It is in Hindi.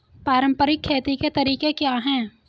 पारंपरिक खेती के तरीके क्या हैं?